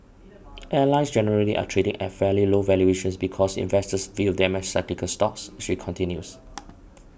airlines generally are trading at fairly low valuations because investors view them as cyclical stocks she continues